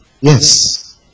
Yes